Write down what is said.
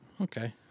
Okay